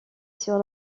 sur